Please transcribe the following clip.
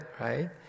right